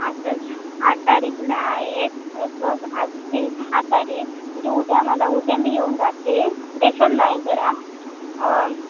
आताच आठ तारीखला आहे लगभग आज ती सहा तारीख म्हणजे उद्या मला उद्या मी येऊन जात आहे देशाला नाही जरा